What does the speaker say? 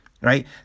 Right